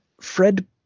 Fred